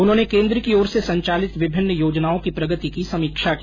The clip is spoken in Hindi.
उन्होंने केन्द्र की ओर से संचालित विभिन्न योजनाओं की प्रगति की समीक्षा की